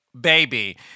Baby